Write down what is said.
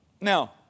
Now